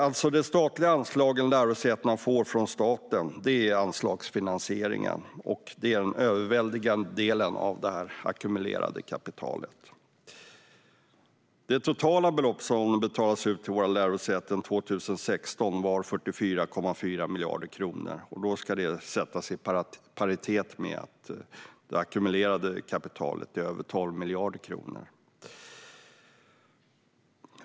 Anslagsfinansieringen är alltså anslagen som lärosätena får från staten, och det är den överväldigande delen av det ackumulerade kapitalet. Det totala belopp som betalades ut till våra lärosäten 2016 var 44,4 miljarder kronor. Det ska då sättas i relation till det ackumulerade kapitalet på över 12 miljarder kronor.